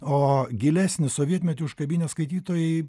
o gilesnį sovietmetį užkabinę skaitytojai